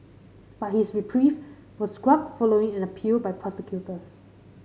but his reprieve was scrubbed following an appeal by prosecutors